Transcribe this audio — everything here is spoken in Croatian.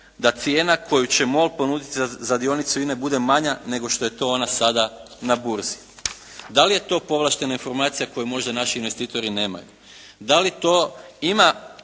da cijena koju će MOL ponuditi za dionicu INA-e bude manja nego što je to ona sada na burzi. Da li je to povlaštena informacija koju možda naši investitori nemaju? Da li takva